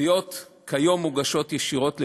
התביעות כיום מוגשות ישירות לבג"ץ,